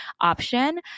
option